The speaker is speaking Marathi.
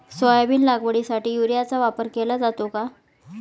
सोयाबीन लागवडीसाठी युरियाचा वापर केला जातो का?